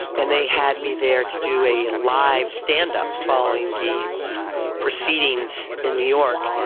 and they had me there to do a live standup following the proceedings in new york.